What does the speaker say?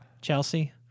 Chelsea